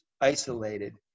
isolated